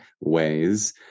ways